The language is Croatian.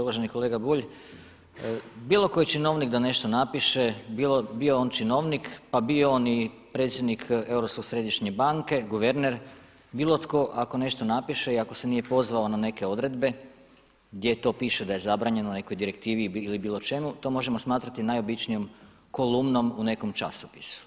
Uvaženi kolega Bulj, bilo koji činovnik da nešto napiše, bio on činovnik, pa bio on i predsjednik Europske središnje banke, guverner, bilo tko ako nešto napiše i ako se nije pozvao na neke odredbe gdje to piše da je zabranjeno na nekoj direktivi ili bilo čemu, to možemo smatrati najobičnijom kolumnom u nekom časopisu.